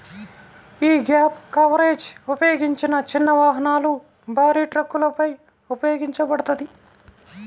యీ gap coverage ఉపయోగించిన చిన్న వాహనాలు, భారీ ట్రక్కులపై ఉపయోగించబడతది